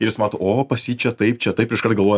ir jis mato o pas jį čia taip čia taip iškart galvoja